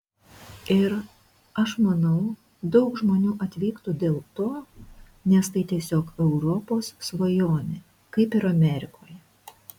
ir aš manau daug žmonių atvyktų dėl to nes tai tiesiog europos svajonė kaip ir amerikoje